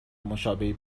مشابهی